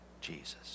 Jesus